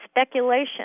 speculation